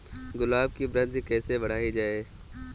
गुलाब की वृद्धि कैसे बढ़ाई जाए?